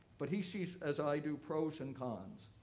but he sees, as i do, pros and cons.